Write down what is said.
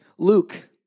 Luke